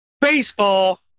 baseball